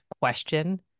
question